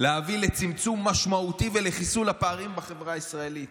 לא הצלחנו להביא לצמצום משמעותי ולחיסול הפערים בחברה הישראלית.